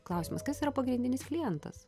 klausimas kas yra pagrindinis klientas